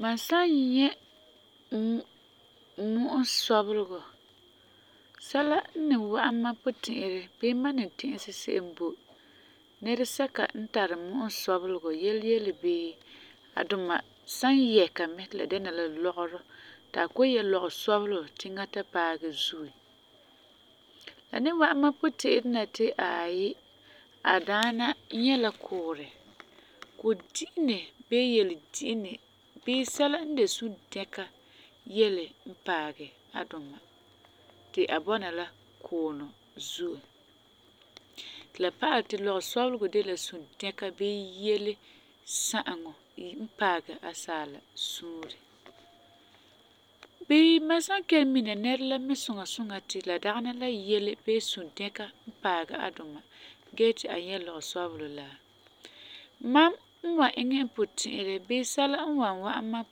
Mam san nyɛ umm mu'usɔbelegɔ, sɛla n ni wa'am mam puti'irɛ bii mam n ni ti'isɛ se'em bo nɛresɛka n tari mu'usɔbelegɔ yele yele bii a duma san yɛ ka mɛ ti la dɛna la lɔgerɔ ti a kɔ'ɔm yɛ lɔgesɔbelɔ tiŋa ta paɛ a zuen, la ni wa'am mam puti'irɛ na ti aai, a daana nyɛ la kuurɛ, kudi'ine bii yeledi'ine bii sɛla n de sudɛka yele n paagɛ a duma ti a bɔna la kuunɔ zuo. Ti la pa'alɛ ti lɔgesɔbelɔ de la sudɛka bii yele sa'aŋɔ n paagɛ asaala suure. Bii mam san kelum mina nɛra la mɛ suŋa suŋa ti la dagena la yele bii sudɛka n paɛ a duma gee ti a yɛ lɔgesɔbelɔ la, mam n wan iŋɛ n puti'irɛ bii sɛla n wan wa'am mam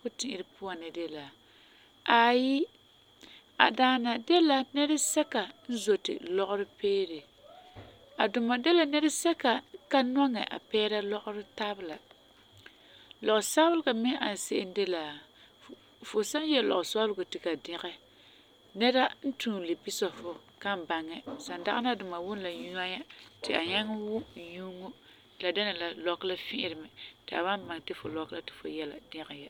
puti'irɛ puan na de la, aai a daana de la nɛresɛka n zoti lɔgerɔ peere, a duma de la nɛresɛka n ka nɔŋɛ a pɛɛra lɔgerɔ tabela. Lɔgesabelega me n ani se'em de la, fu san yɛ lɔgesɔbelɔ ti ka dɛgɛ, nɛra n tuule bisera fu kan baŋɛ san dagena a duma wuni la nyɔa ti a nyaŋɛ wum nyuuŋo, ti la dɛna la lɔkɔ la fi'iri mɛ ti a wan baŋɛ ti lɔkɔ la ti fu yɛ la dɛgɛ ya.